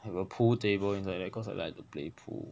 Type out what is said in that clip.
have a pool table inside there cause I like to play pool